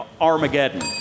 Armageddon